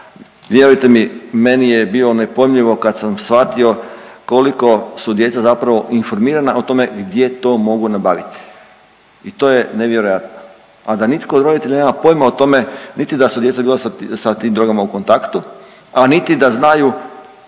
vjerujte mi meni je bilo nepojmljivo kad sam shvatio koliko su djeca zapravo informirana o tome gdje to mogu nabaviti i to je nevjerojatno, a da nitko od roditelja nema pojma o tome niti da su djeca bila sa tim drogama u kontaktu, a niti da znaju